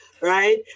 Right